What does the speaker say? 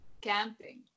Camping